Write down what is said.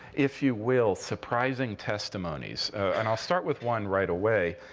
if you will, surprising testimonies. and i'll start with one right away.